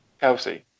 Kelsey